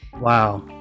wow